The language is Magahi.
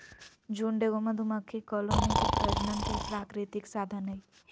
झुंड एगो मधुमक्खी कॉलोनी के प्रजनन के प्राकृतिक साधन हइ